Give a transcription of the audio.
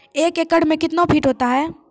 एक एकड मे कितना फीट होता हैं?